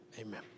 Amen